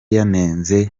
yanenze